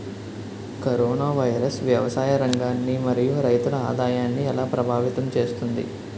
Corona virus వ్యవసాయ రంగాన్ని మరియు రైతుల ఆదాయాన్ని ఎలా ప్రభావితం చేస్తుంది?